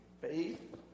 faith